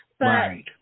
Right